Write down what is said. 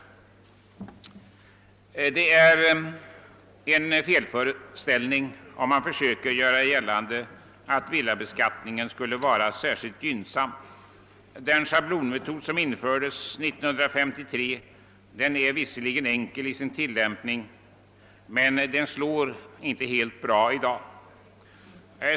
Det är en felföreställning om man försöker göra gällande att villabeskattningen skulle vara särskilt gynnsam. Den schablonmetod som infördes 1953 är visserligen enkel i sin tillämpning, men den slår inte helt bra i dag.